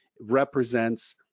represents